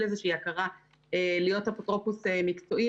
הכרה להיות אפוטרופוס מקצועי,